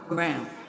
Ground